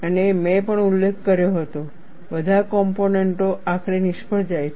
અને મેં પણ ઉલ્લેખ કર્યો હતો બધા કોમ્પોનેન્ટો આખરે નિષ્ફળ જાય છે